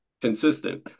consistent